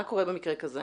מה קורה במקרה כזה?